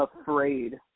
afraid